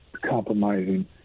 compromising